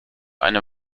eine